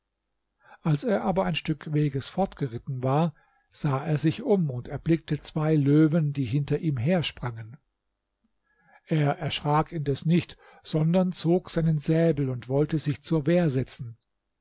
als er aber ein stück weges fortgeritten war sah er sich um und erblickte zwei löwen die hinter ihm hersprangen er erschrak indes nicht sondern zog seinen säbel und wollte sich zur wehr setzen